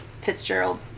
Fitzgerald